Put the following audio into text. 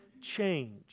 change